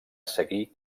seguir